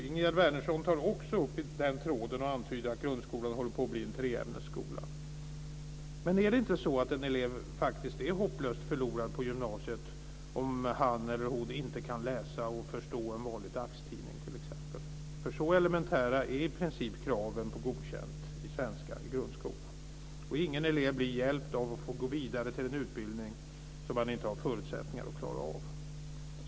Ingegerd Wärnersson tar också upp den tråden och antyder att grundskolan håller på att bli en treämnesskola. Men är inte en elev hopplöst förlorad på gymnasiet om han eller hon inte kan läsa och förstå en vanlig dagstidning? Så elementära är i princip kraven på godkänt i svenska i grundskolan. Ingen elev blir hjälpt av att få gå vidare till en utbildning som man inte har förutsättningar att klara av.